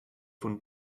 von